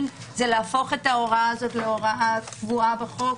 זה להפוך את ההוראה הזאת להוראה קבועה בחוק,